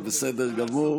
וזה בסדר גמור.